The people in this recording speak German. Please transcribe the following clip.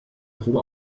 probe